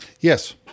Yes